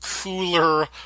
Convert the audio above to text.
cooler